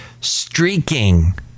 streaking